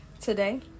today